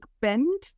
bend